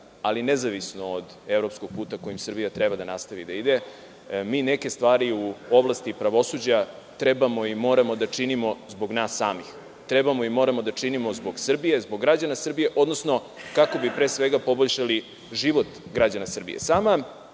ali nezavisno od evropskog puta kojim Srbija treba da nastavi da ide. Neke stvari u oblasti pravosuđa trebamo i moramo da činimo zbog nas samih. Trebamo i moramo da činimo zbog Srbije zbog građane Srbije, odnosno kako bi, pre svega, poboljšali život građana Srbije. Čini